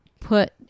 put